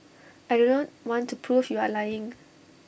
I do not want to prove you are lying